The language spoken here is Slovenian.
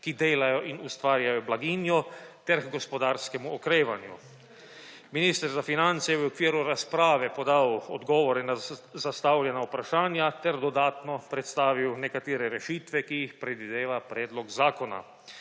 ki delajo in ustvarjajo blaginjo, ter h gospodarskemu okrevanju. Minister za finance je v okviru razprave podal odgovore na zastavljana vprašanja ter dodatno predstavil nekatere rešitve, ki jih predvideva predlog zakona.